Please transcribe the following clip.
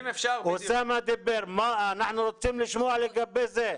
אנחנו רוצים לשמוע לגבי זה.